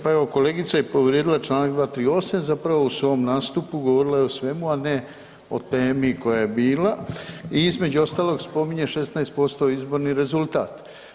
Pa evo, kolegica je povrijedila čl. 238., zapravo u svom nastupu govorila je o svemu, a ne o temi koja je bila i između ostalog spominje 16% izborni rezultat.